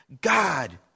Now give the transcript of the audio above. God